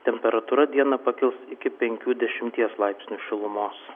temperatūra dieną pakils iki penkių dešimies laipsnių šilumos